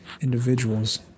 individuals